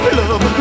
love